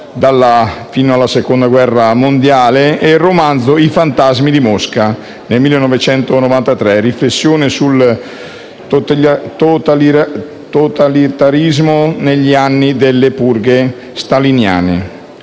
fino alla Seconda guerra mondiale, e il romanzo «I fantasmi di Mosca», del 1993, riflessione sul totalitarismo negli anni delle purghe staliniane.